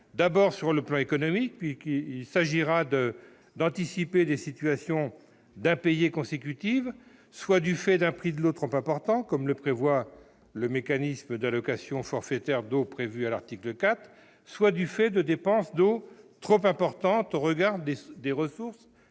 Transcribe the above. d'abord sur le plan économique : il s'agira d'anticiper des situations d'impayés consécutives, soit du fait d'un prix de l'eau trop important, comme le prévoit le mécanisme d'allocation forfaitaire d'eau prévu à l'article 4, soit du fait de dépenses d'eau trop importantes au regard des ressources